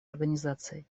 организаций